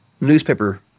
newspaper